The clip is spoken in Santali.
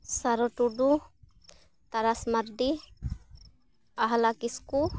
ᱥᱟᱨᱚ ᱴᱩᱰᱩ ᱛᱟᱨᱟᱥ ᱢᱟᱨᱰᱤ ᱟᱦᱞᱟ ᱠᱤᱥᱠᱩ